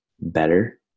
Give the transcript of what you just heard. better